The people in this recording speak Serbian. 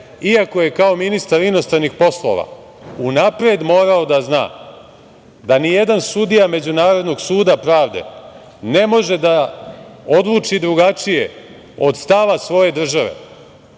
iako je kao ministar inostranih poslova unapred morao da zna da ni jedan sudija međunarodnog suda pravde ne može da odluči drugačije od stava svoje države.